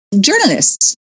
journalists